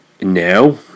now